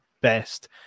best